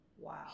Wow